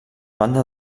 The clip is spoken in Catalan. banda